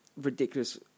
ridiculous